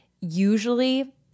usually